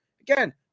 again